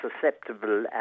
susceptible